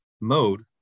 mode